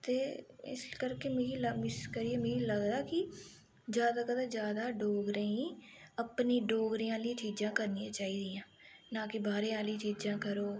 ते इस करके मिगी लग इस करियै मिगी लगदा कि ज्यादा कोला ज्यादा डोगरें गी अपनी डोगरें आह्लियां चीज़ां करनी चाहिदियां ना कि बाह्रे आह्ली चीज़ां करो